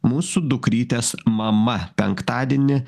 mūsų dukrytės mama penktadienį